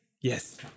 Yes